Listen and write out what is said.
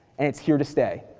and it's here to stay.